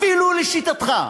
אפילו לשיטתך,